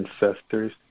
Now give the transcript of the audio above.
ancestors